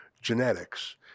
genetics